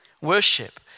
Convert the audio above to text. Worship